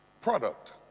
product